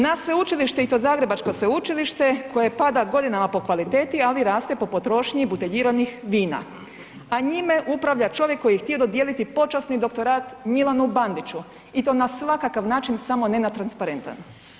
Na sveučilište i to zagrebačko sveučilište koje pada godinama po kvaliteti, ali raste po potrošnji buteljiranih vina, a njime upravlja čovjek koji je htio dodijeliti počasni doktorat Milanu Bandiću i to na svakakav način samo ne na transparentan.